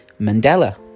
Mandela